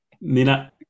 Nina